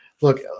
Look